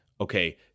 okay